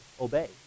Obey